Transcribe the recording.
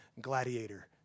Gladiator